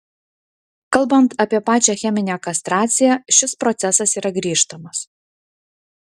kalbant apie pačią cheminę kastraciją šis procesas yra grįžtamas